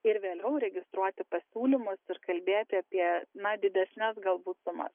ir vėliau registruoti pasiūlymus ir kalbėti apie na didesnes galbūt sumas